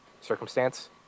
circumstance